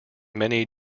many